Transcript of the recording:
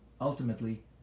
ultimately